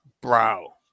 Bro